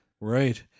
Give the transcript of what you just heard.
right